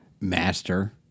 Master